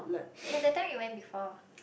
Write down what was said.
yea that time we went before